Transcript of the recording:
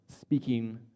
speaking